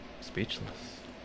speechless